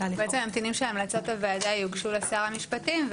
בעצם ממתינים שהמלצות הוועדה יוגשו לשר המשפטים,